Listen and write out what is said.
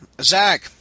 Zach